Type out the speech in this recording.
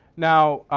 now,